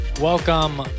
Welcome